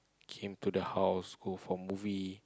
came to the house go for movie